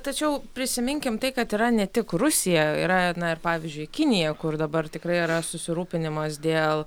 tačiau prisiminkim tai kad yra ne tik rusija yra na ir pavyzdžiui kinija kur dabar tikrai yra susirūpinimas dėl